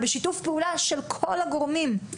בשיתוף פעולה של כל הגורמים,